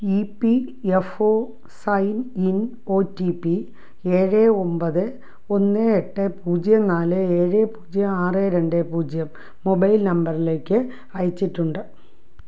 E P F O sign in O T P ഏഴ് ഒമ്പത് ഒന്ന് എട്ട് പൂജ്യം നാല് ഏഴ് പൂജ്യം ആറ് രണ്ട് പൂജ്യം മൊബൈൽ നമ്പറിലേക്ക് അയച്ചിട്ടുണ്ട്